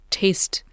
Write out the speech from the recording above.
taste